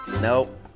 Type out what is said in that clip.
nope